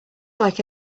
like